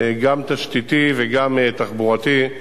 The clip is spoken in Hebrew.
גם תשתיתי וגם תחבורתי,